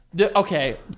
Okay